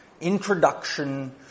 introduction